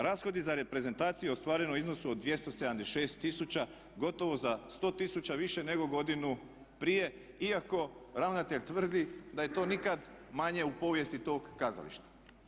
Rashodi za reprezentaciju ostvareno u iznosu od 276 tisuća gotovo za 100 tisuća više nego godinu prije iako ravnatelj tvrdi je to nikad manje u povijesti tog kazališta.